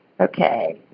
Okay